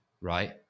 right